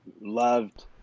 loved